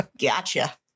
Gotcha